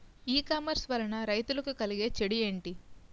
ఈ కామర్స్ వలన రైతులకి కలిగే చెడు ఎంటి?